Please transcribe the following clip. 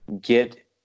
get